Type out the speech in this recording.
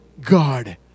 God